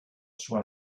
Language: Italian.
sua